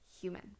human